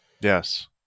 Yes